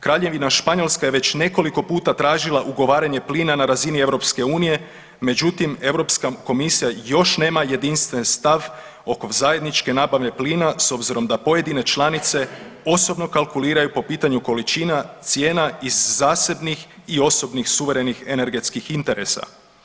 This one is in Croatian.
Kraljevina Španjolska je već nekoliko puta tražila ugovaranje plina na razini EU, međutim Europska komisija još nema jedinstven stav oko zajedničke nabave plina s obzirom da pojedine članice osobno kalkuliraju po pitanju količina cijena iz zasebnih i osobnih suverenih energetskih interesa.